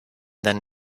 then